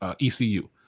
ECU